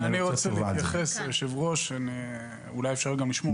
היושב-ראש, אני מבקש להתייחס.